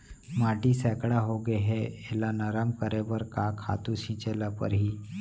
माटी सैकड़ा होगे है एला नरम करे बर का खातू छिंचे ल परहि?